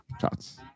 shots